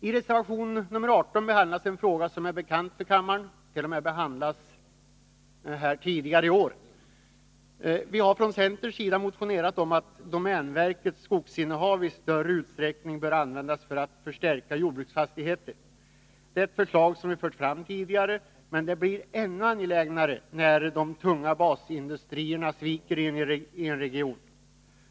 I reservation nr 18 behandlas en fråga som är bekant för kammaren. Den hart.o.m. behandlats tidigare i år. Vi har från centerns sida motionerat om att domänverkets skogsinnehav i större utsträckning bör användas för att Nr 144 förstärka jordbruksfastigheter. Det är ett förslag som vi fört fram tidigare, men det blir ännu angelägnare när de tunga basindustrierna sviker i en region.